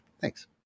thanks